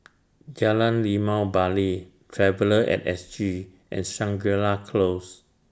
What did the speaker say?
Jalan Limau Bali Traveller At S G and Shangri La Close